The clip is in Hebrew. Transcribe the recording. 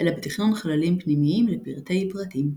אלא בתכנון חללים פנימיים לפרטי פרטים.